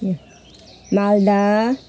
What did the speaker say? Malda